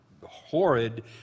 horrid